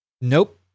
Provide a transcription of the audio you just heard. Nope